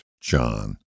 John